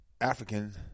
African